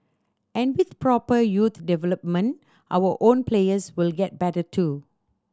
and with proper youth development our own players will get better too